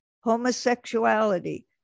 homosexuality